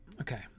Okay